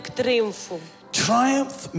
triumph